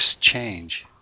change